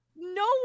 no